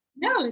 No